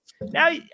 Now